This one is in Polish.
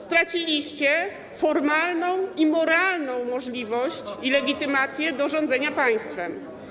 Straciliście formalną i moralną możliwość i legitymację do rządzenia państwem.